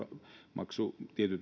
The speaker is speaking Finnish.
maksut